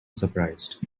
surprised